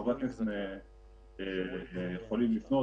חברי הכנסת יכולים לפנות.